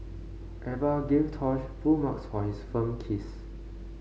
Eva gave Tosh full marks for his firm kiss